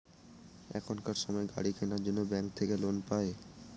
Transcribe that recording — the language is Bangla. এখনকার সময় গাড়ি কেনার জন্য ব্যাঙ্ক থাকে লোন পাই